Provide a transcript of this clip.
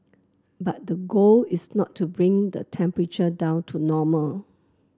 but the goal is not to bring the temperature down to normal